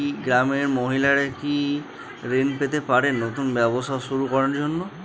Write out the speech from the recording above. গ্রামের মহিলারা কি কি ঋণ পেতে পারেন নতুন ব্যবসা শুরু করার জন্য?